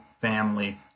family